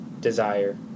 desire